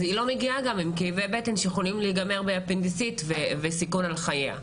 אז היא לא מגיעה גם עם כאבי בטן שיכולים להיגמר באפנדיציט וסיכון לחייה.